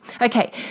Okay